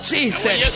Jesus